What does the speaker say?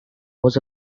was